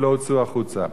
ולא הוצאו החוצה.